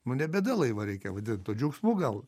nu ne bėda laivą reikia vadint o džiaugsmu gal